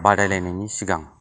बादायलायनायनि सिगां